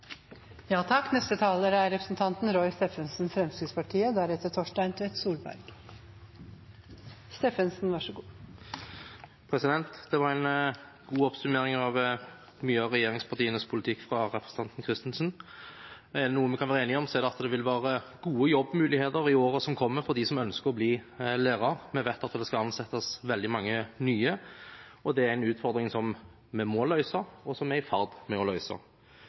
Det var en god oppsummering av mye av regjeringspartienes politikk fra representanten Kristensen. Er det noe vi kan være enige om, er det at det vil være gode jobbmuligheter i årene som kommer, for dem som ønsker å bli lærer. Vi vet at det skal ansettes veldig mange nye, og det er en utfordring som vi må løse, og som vi er i ferd med å